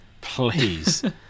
please